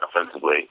offensively